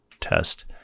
test